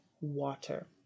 water